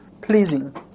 pleasing